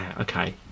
Okay